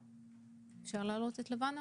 --- השיחה עם לבנה